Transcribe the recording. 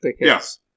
Yes